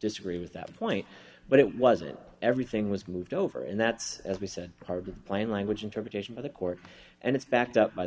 disagree with that point but it wasn't everything was moved over and that's as we said part of plain language interpretation by the court and it's backed up by the